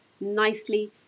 nicely